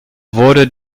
wurde